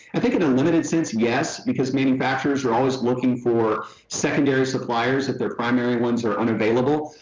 i think in a limited sense, yes. because manufacturers are always looking for secondary suppliers if their primary ones are unavailable.